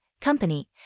company